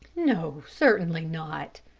no, certainly not,